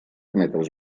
metres